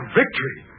victory